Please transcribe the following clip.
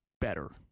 better